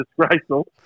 disgraceful